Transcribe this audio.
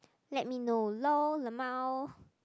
let me know lol lmao